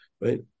right